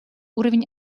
уровень